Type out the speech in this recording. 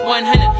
100